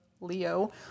Leo